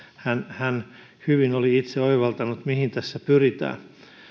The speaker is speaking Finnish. hän hän hyvin oli itse oivaltanut mihin tässä pyritään